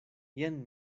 jen